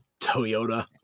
Toyota